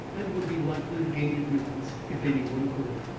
and would be likely to gain admittance if any one could.